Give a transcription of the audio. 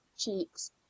cheeks